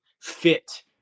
fit